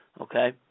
Okay